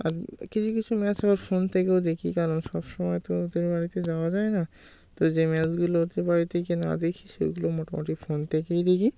আর কিছু কিছু ম্যাচ আবার ফোন থেকেও দেখি কারণ সবসময় তো ওদের বাড়িতে যাওয়া যায় না তো যে ম্যাচগুলো ওদের বাড়িতে গিয়ে না দেখি সেগুলো মোটামুটি ফোন থেকেই দেখি